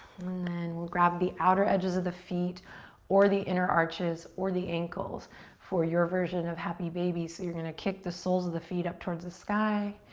then we'll grab the outer edges of the feet or the inner arches or the ankles for your version of happy baby, so you're gonna kick the soles of the feet up towards the sky.